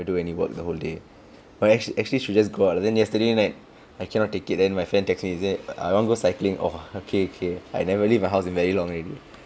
do any work the whole day but actually actually should just go out then yesterday night I cannot take it then my friend text me I said I want go cycling !wah! okay K I never leave my house in very long already